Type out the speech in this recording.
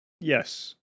Yes